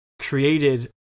created